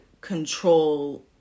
control